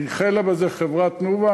החלה בזה חברת "תנובה",